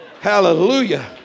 Hallelujah